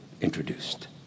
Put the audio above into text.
introduced